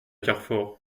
carfor